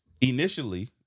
Initially